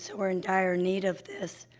so we're in dire need of this,